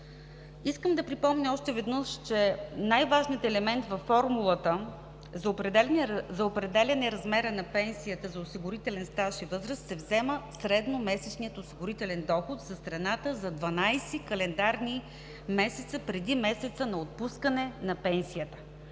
Искам да припомня още веднъж, че най-важният елемент във формулата за определяне на размера на пенсията за осигурителен стаж и възраст е средномесечният осигурителен доход за страната за 12 календарни месеца, преди месеца на отпускане на пенсията.